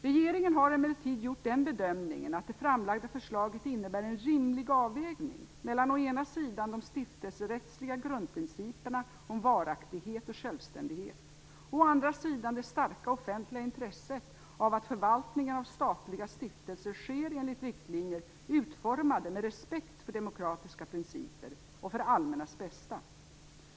Regeringen har emellertid gjort den bedömningen att det framlagda förslaget innebär en rimlig avvägning mellan å ena sidan de stiftelserättsliga grundprinciperna om varaktighet och självständighet, å andra sidan det starka offentliga intresset av att förvaltningen av statliga stiftelser sker enligt riktlinjer utformade med respekt för demokratiska principer och för det allmännas bästa.